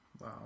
Wow